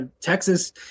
Texas